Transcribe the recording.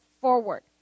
forward